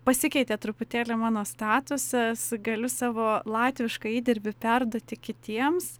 pasikeitė truputėlį mano statusas galiu savo latvišką įdirbį perduoti kitiems